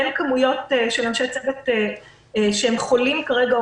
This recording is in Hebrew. אין כמויות של אנשי צוות שהם חולים כרגע או